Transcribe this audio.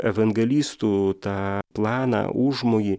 evangelistų tą planą užmojį